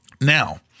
Now